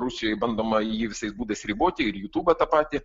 rusijoj bandoma jį visais būdais riboti ir jūtubą tą patį